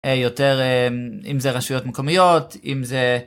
יותר אם זה רשויות מקומיות אם זה.